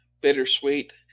bittersweet